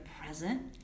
present